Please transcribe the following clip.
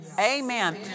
Amen